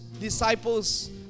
disciples